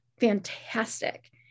fantastic